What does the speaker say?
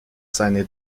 seine